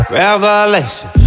Revelation